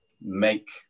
make